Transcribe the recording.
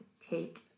take